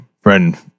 friend